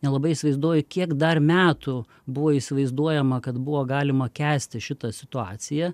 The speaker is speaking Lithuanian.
nelabai įsivaizduoju kiek dar metų buvo įsivaizduojama kad buvo galima kęsti šitą situaciją